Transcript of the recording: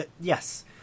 yes